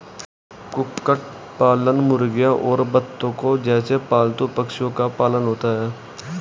कुक्कुट पालन मुर्गियों और बत्तखों जैसे पालतू पक्षियों का पालन होता है